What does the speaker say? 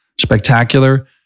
spectacular